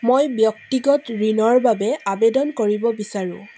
মই ব্যক্তিগত ঋণৰ বাবে আৱেদন কৰিব বিচাৰোঁ